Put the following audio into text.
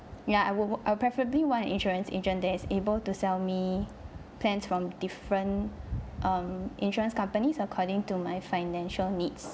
ya I will I'll preferably want insurance agent that is able to sell me plans from different um insurance companies according to my financial needs